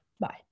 Bye